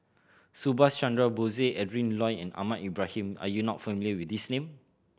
Subhas Chandra Bose Adrin Loi and Ahmad Ibrahim are you not familiar with these name